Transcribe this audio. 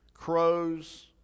crows